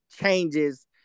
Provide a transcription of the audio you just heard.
changes